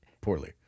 poorly